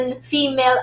female